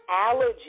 Allergy